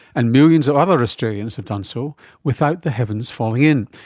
and millions of other australians have done so without the heavens falling in.